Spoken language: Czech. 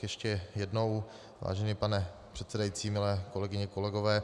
Ještě jednou, vážený pane předsedající, milé kolegyně, kolegové.